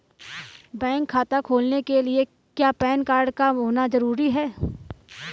Bank खाता खोलने के लिए क्या पैन कार्ड का होना ज़रूरी है?